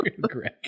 Greg